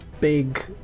big